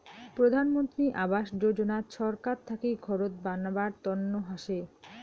প্রধান মন্ত্রী আবাস যোজনা ছরকার থাকি ঘরত বানাবার তন্ন হসে